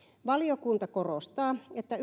valiokunta korostaa että